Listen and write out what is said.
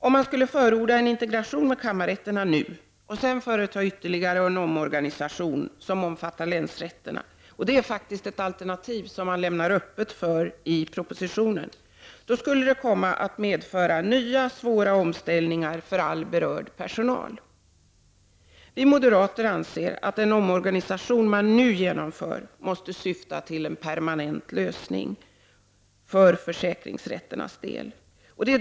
Om man skulle förorda en integration med kammarrätterna nu och senare företa ytterligare en omorganisation som omfattar länsrätterna — det är faktiskt ett alternativ som man lämnar öppet i propositionen — så skulle ju det kunna komma att medföra nya svåra omställningar för all berörd personal. Vi moderater anser att den omorganisation som man nu genomför måste syfta till en permanent lösning för försäkringsrätternas del.